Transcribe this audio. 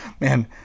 Man